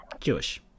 Jewish